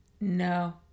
No